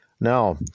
Now